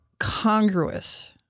congruous